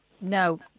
No